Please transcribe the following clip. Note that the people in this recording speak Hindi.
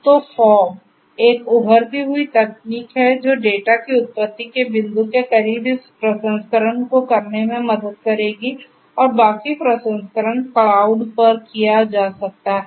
तो फोग एक उभरती हुई तकनीक है जो डेटा की उत्पत्ति के बिंदु के करीब इस प्रसंस्करण को करने में मदद करेगी और बाकी प्रसंस्करण क्लाउड पर किया जा सकता है